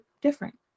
different